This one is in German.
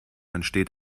entsteht